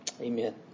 Amen